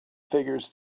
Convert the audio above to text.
figures